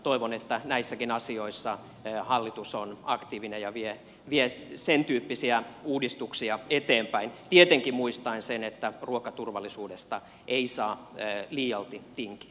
toivon että näissäkin asioissa hallitus on aktiivinen ja vie sentyyppisiä uudistuksia eteenpäin tietenkin muistaen sen että ruokaturvallisuudesta ei saa ja idiootit i